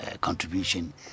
contribution